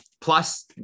plus